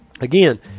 Again